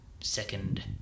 second